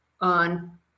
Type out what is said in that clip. on